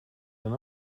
dan